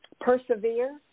persevere